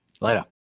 Later